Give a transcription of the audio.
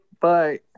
Bye